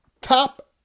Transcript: top